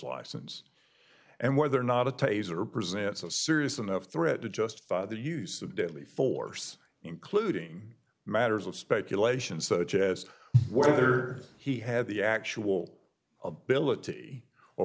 license and whether or not a taser present it's a serious enough threat to justify the use of deadly force including matters of speculation such as whether he had the actual ability or